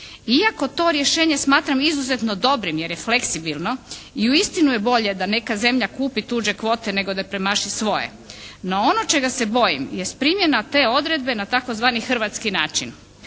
Iako to rješenje smatram izuzetno dobrim jer je fleksibilno i uistinu je bolje da neka zemlja kupi tuđe kvote nego da premaši svoje, no ono čega se bojim jest primjena te odredbe na tzv. hrvatski način.